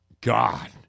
God